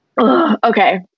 Okay